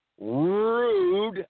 rude